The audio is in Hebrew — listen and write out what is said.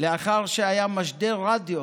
לאחר שהיה משדר רדיו